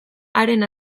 haren